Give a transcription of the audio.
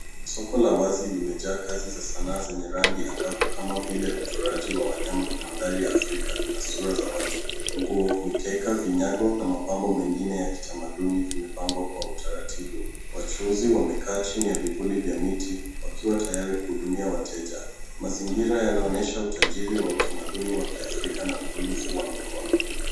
Soko la wazi limejaa kazi za sanaa zenye rangi angavu kama vile uchoraji wa wanyama, mandhari ya Afrika, na sura za watu, nguo, mikeka, vinyago na mapambo mengine ya kitamaduni vimepangwa kwa utaratibu. Wachuuzi wamekaa chini ya vivuli vya miti wakiwa tayari kuhudumia wateja. Mazingira yanaonyesha utajiri wa utamaduni wa kiafrika na ubunifu wa mikono.